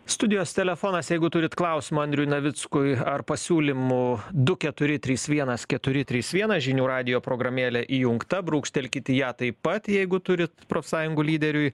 studijos telefonas jeigu turit klausimų andriui navickui ar pasiūlymų du keturi trys vienas keturi trys vienas žinių radijo programėlė įjungta brūkštelkit į ją taip pat jeigu turit profsąjungų lyderiui